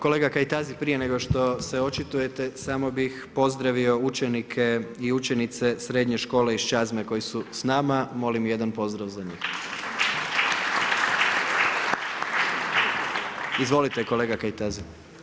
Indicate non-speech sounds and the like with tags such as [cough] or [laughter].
Kolega Kajtazi, prije nego što se očitujete, samo bih pozdravio učenike i učenice Srednje škole iz Čazme, koji su s nama, molim jedan pozdrav za njih. … [applause] Izvolite kolega Kajtazi.